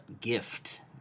gift